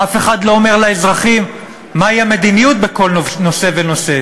אף אחד לא אומר לאזרחים מהי המדיניות בכל נושא ונושא.